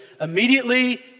immediately